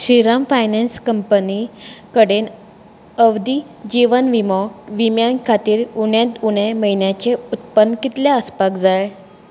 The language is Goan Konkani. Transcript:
श्रीराम फाइनान्स कंपनी कडेन अवधी जीवन विमो विम्या खातीर उण्यांत उणें म्हयन्याचें उत्पन्न कितलें आसपाक जाय